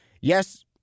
Yes